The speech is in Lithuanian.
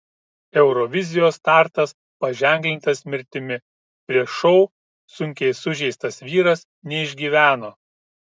eurovizijos startas paženklintas mirtimi prieš šou sunkiai sužeistas vyras neišgyveno